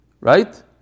right